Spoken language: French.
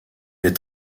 est